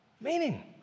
meaning